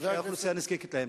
שהאוכלוסייה נזקקת להן?